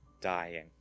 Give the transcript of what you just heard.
dying